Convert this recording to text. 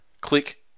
click